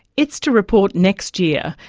it's to report next year,